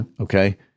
Okay